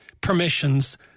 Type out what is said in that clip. permissions